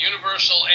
universal